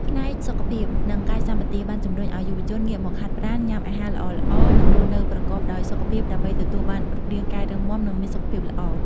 ផ្នែកសុខភាព និងកាយសម្បទា បានជំរុញឲ្យយុវជនងាកមកហាត់ប្រាណ ញ៉ាំអាហារល្អៗ និងរស់នៅប្រកបដោយសុខភាពដើម្បីទទួលបានរូបរាងកាយរឹងមាំ និងមានសុខភាពល្អ។